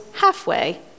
halfway